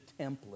template